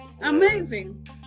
Amazing